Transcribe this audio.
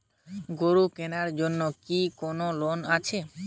গরু কেনার জন্য কি কোন লোন আছে?